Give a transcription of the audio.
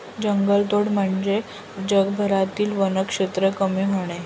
जंगलतोड म्हणजे जगभरातील वनक्षेत्र कमी होणे